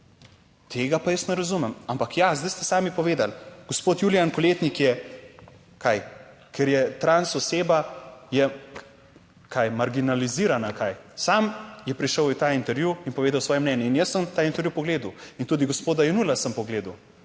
Tega pa jaz ne razumem. Ampak ja, zdaj ste sami povedali, gospod Julijan Koletnik, je kaj, ker je trans oseba, je kaj marginalizirana ali kaj? Sam je prišel v ta intervju in povedal svoje mnenje in jaz sem ta intervju pogledal. In tudi gospoda Jenulla sem pogledal,